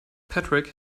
patrick